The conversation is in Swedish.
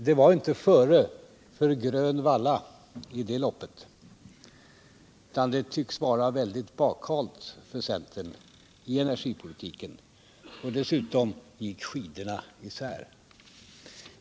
Det var inte före för grön valla i det loppet, utan det tycks vara väldigt bakhalt för centern i energipolitiken. Dessutom gick skidorna isär.